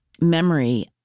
memory